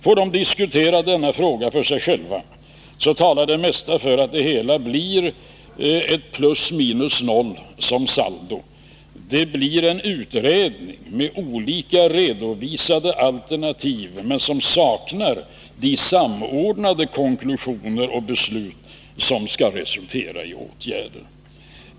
Får de diskutera denna fråga för sig själva, talar det mesta för att saldot blir plus minus noll. Det blir en utredning med olika redovisade alternativ men som saknar de samordnade konklusioner och beslut som skall resultera i åtgärder.